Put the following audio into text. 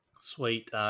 Sweet